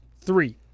three